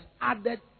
added